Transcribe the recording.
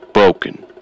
broken